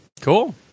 Cool